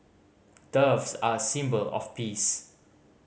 doves are a symbol of peace